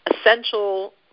essential